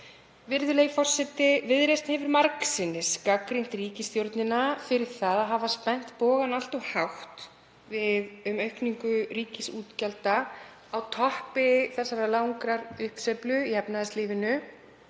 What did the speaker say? Virðulegi forseti. Viðreisn hefur margsinnis gagnrýnt ríkisstjórnina fyrir að hafa spennt bogann allt of hátt við aukningu ríkisútgjalda á toppi langrar uppsveiflu í efnahagslífinu